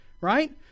right